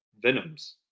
venoms